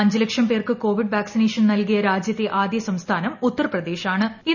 അഞ്ചുലക്ഷം പേർക്ക് covid vaccination നൽകിയ രാജ്യത്തെ ആദ്യസംസ്ഥാനം ഉത്തർപ്രദേശ് ആണ്